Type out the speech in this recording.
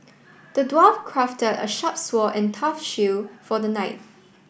the dwarf crafted a sharp sword and tough shield for the knight